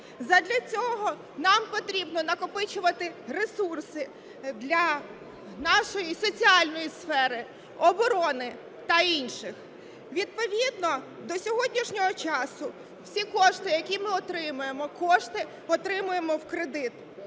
Задля цього нам потрібно накопичувати ресурси для нашої соціальної сфери, оборони та інших. Відповідно до сьогоднішнього часу всі кошти, які ми отримуємо, кошти отримуємо в кредит.